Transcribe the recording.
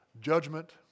judgment